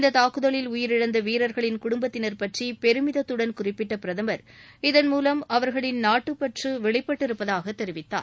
இந்த தாக்குதலில் உயிரிழந்த வீரர்களின் குடும்பத்தினர் பற்றி பெருமிதத்துடன் குறிப்பிட்ட பிரதமர் இதன் மூலம் அவர்களின் நாட்டுப் பற்று வெளிப்பட்டு இருப்பதாக தெரிவித்தார்